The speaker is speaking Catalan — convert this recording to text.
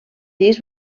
disc